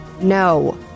No